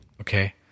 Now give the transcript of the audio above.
Okay